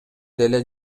деле